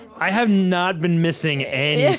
i have not been missing and yeah